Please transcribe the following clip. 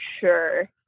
sure